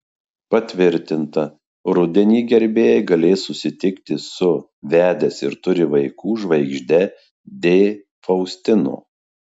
patvirtinta rudenį gerbėjai galės susitikti su vedęs ir turi vaikų žvaigžde d faustino